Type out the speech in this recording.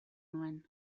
nuen